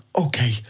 okay